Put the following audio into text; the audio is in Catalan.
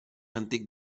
antic